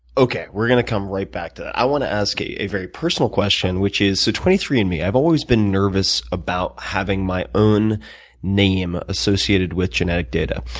okay. we're going to come right back to that. i want to ask a very personal question, which is. so twenty three and me. i've always been nervous about having my own name associated with genetic data.